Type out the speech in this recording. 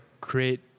create